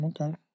Okay